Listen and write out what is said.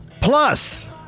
Plus